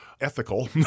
ethical